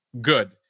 good